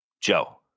Joe